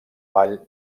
vall